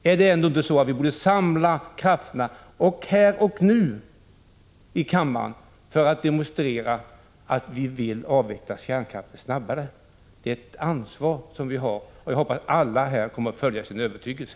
Är det ändå inte så att vi här i kammaren borde samla krafterna, här och nu, för att demonstrera att vi vill avveckla kärnkraften snabbare? Det är ett ansvar som vi har. Jag hoppas att vi alla kommer att följa vår övertygelse.